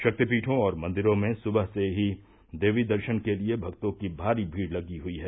शक्तिपीठों और मंदिरों में सुबह से ही देवी दर्शन के लिए भक्तों की भारी भीड़ हुयी है